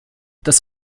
das